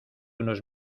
unos